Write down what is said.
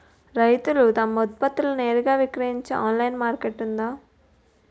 రైతులు తమ ఉత్పత్తులను నేరుగా విక్రయించే ఆన్లైన్ మార్కెట్ ఉందా?